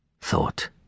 Thought